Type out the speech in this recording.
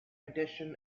addition